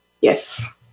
Yes